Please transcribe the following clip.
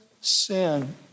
sin